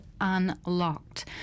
Unlocked